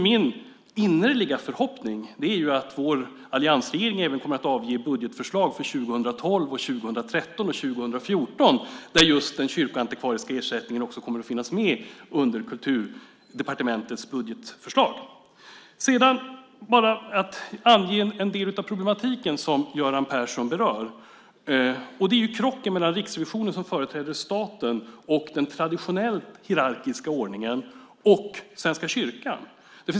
Min innerliga förhoppning är att vår alliansregering även kommer att avge budgetförslag för 2012, 2013 och 2014, där just den kyrkoantikvariska ersättningen också kommer att finnas med under Kulturdepartementets budgetförslag. Sedan, för att bara ange en del av den problematik som Göran Persson berör, har vi krocken mellan Riksrevisionen, som företräder staten och den traditionellt hierarkiska ordningen, och Svenska kyrkan.